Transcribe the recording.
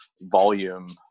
volume